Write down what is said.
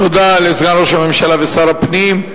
תודה לסגן ראש הממשלה ושר הפנים.